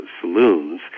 saloons